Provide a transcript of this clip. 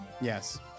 yes